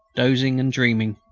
dozing and dreaming.